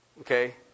okay